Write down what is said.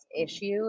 issue